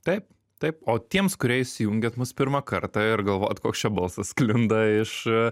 taip taip o tiems kurie įsijungėt mus pirmą kartą ir galvojat koks čia balsas sklinda iš